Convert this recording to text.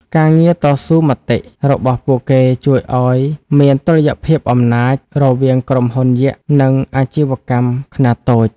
ការងារតស៊ូមតិរបស់ពួកគេជួយឱ្យមាន "តុល្យភាពអំណាច" រវាងក្រុមហ៊ុនយក្ស និងអាជីវកម្មខ្នាតតូច។